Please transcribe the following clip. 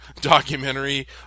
documentary